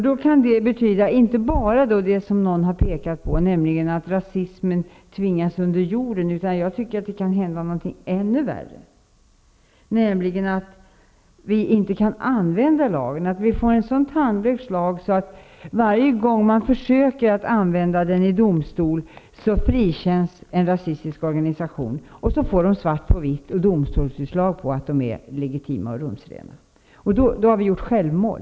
Då kan det betyda inte bara vad någon pekat på, att rasismen tvingas under jorden. Man riskerar någonting ännu värre, nämligen att vi inte kan använda lagen. Vi kan få en så tandlös lag, att varje gång man försöker använda den i domstol så frikänns en rasistisk organisation. Då får de svart på vitt och domstolsutslag på att de är legitima och rumsrena. Och då har vi gjort självmål.